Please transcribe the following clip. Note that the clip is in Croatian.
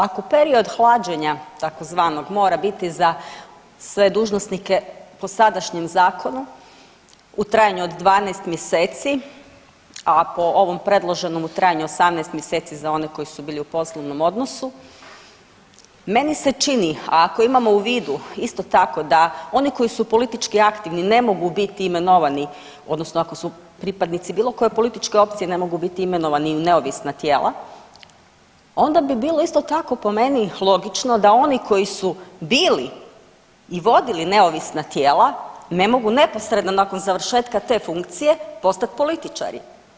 Ako period hlađenja tzv. mora biti za sve dužnosnike po sadašnjem zakonu u trajanju od 12 mjeseci, a po ovom predloženom u trajanju 18 mjeseci za one koji su bili u poslovnom odnosu, meni se čini a ako imamo u vidu isto tako da oni koji su politički aktivni ne mogu biti imenovani odnosno ako su pripadnici bilo koje političke opcije ne mogu biti imenovani u neovisna tijela onda bi bilo isto tako po meni logično da oni koji su bili i vodili neovisna tijela ne mogu neposredno nakon završetka te funkcije postati političari.